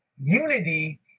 unity